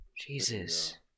Jesus